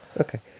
Okay